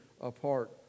apart